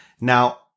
Now